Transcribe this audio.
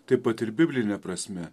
taip pat ir bibline prasme